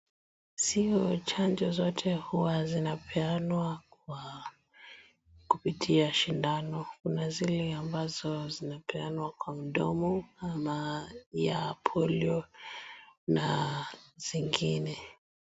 Sio chanjo zote huwa zinapeanwa kwa kupitia sindano, kuna zile ambazo zinapeanwa kwa mdomo kama ya polio na zingine.